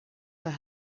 war